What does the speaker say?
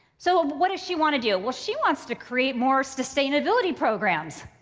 so what does she wanna do? well, she wants to create more sustainability programs.